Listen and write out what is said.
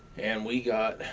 and we got,